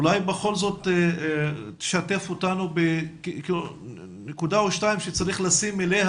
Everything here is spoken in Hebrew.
אולי בכל זאת תשתף אותנו בנקודה או שתיים שצריך לשים אותה